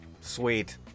sweet